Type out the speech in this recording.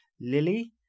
Lily